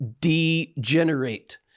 degenerate